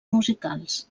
musicals